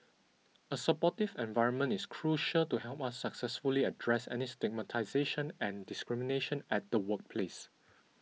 a supportive environment is crucial to help us successfully address any stigmatisation and discrimination at the workplace